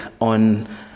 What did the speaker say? on